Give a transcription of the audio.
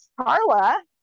Carla